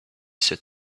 said